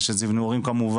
ויש את זיו נעורים כמובן.